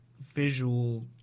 visual